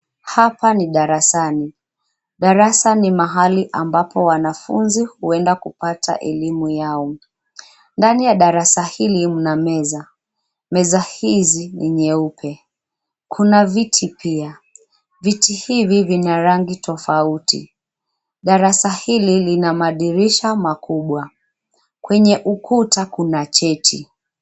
Hapa ni darasani. Darasa ni mahali ambapo wanafunzi huenda kupata elimu yao. Ndani ya darasa hili mna meza. Meza hizi ni nyeupe, kuna viti pia. Viti hivi vina rangi tofauti. Darasa hili lina madirisha makubwa. Kwenye ukuta kuna cheti.